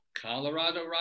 Colorado